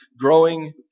growing